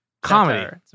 comedy